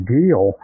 deal